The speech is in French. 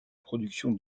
production